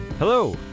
Hello